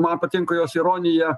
man patinka jos ironija